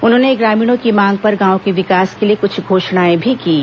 उन्होंने ग्रामीणों की मांग पर गांव के विकास के लिए कुछ घोषणाएं भी कीं